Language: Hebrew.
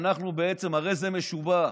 בעצם הרי זה משובח.